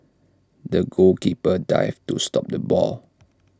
the goalkeeper dived to stop the ball